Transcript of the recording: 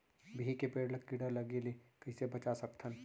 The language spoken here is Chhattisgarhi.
बिही के पेड़ ला कीड़ा लगे ले कइसे बचा सकथन?